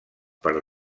per